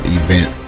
event